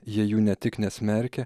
jie jų ne tik nesmerkia